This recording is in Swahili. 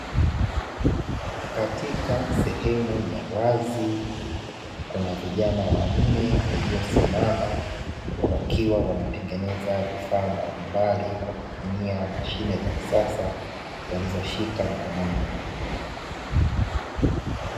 Katika sehemu ya wazi, kuna vijana wanne waliosimama, wakiwa wanatengeneza vifaa mbalimbali kwa kutumia mashine za kisasa, walizoshika mkononi mwao.